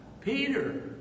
Peter